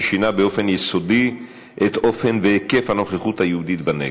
ששינה באופן יסודי את האופן וההיקף של הנוכחות היהודית בנגב.